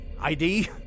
ID